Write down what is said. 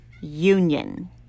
union